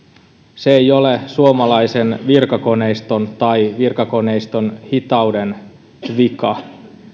se ei ole suomalaisen virkakoneiston tai virkakoneiston hitauden vika